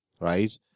right